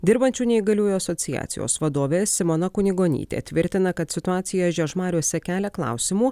dirbančių neįgaliųjų asociacijos vadovė simona kunigonytė tvirtina kad situacija žiežmariuose kelia klausimų